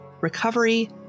recovery